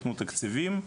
יתנו תקציבים,